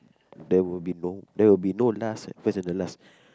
there will be no there will be no last first and the last